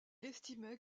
estimait